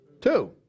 Two